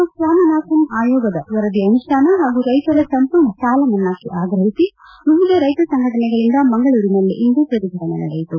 S Swaminathan ಆಯೋಗದ ವರದಿ ಅನುಷ್ಠಾನ ಹಾಗೂ ರೈತರ ಸಂಪೂರ್ಣ ಸಾಲ ಮನ್ನಾಕ್ಕೆ ಆಗ್ರಹಿಸಿ ವಿವಿಧ ರೈತ ಸಂಘಟನೆಗಳಿಂದ ಮಂಗಳೂರಿನಲ್ಲಿ ಇಂದು ಪ್ರತಿಭಟನೆ ನಡೆಯಿತು